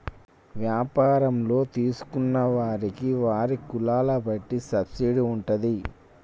వ్యాపారంలో తీసుకున్న వారికి వారి కులాల బట్టి సబ్సిడీ ఉంటాది